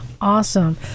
Awesome